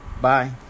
Bye